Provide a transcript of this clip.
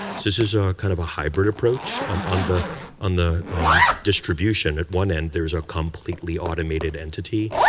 this is kind of hybrid approach um on the on the distribution. at one end, there's a completely automated entity,